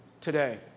today